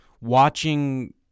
watching